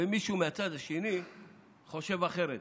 ומישהו מהצד השני חושב אחרת.